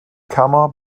kammer